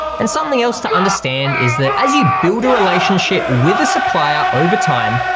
and something else to understand is that as you build a relationship with a supplier over time,